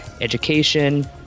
education